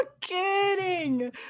kidding